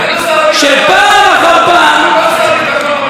עם שר הביטחון?